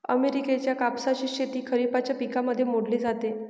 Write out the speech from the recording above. अमेरिकेच्या कापसाची शेती खरिपाच्या पिकांमध्ये मोडली जाते